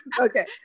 Okay